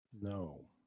no